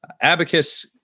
Abacus